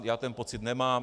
Já ten pocit nemám.